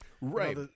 right